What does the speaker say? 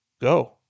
Go